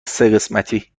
سهقسمتی